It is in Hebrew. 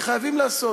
וחייבים לעשות.